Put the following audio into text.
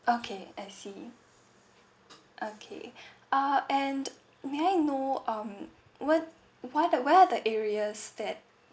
okay I see okay uh and may I know um what what where're the areas that